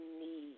need